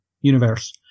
universe